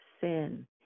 sin